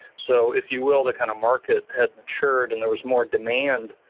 so, if you will, the kind of market had matured and there was more demand.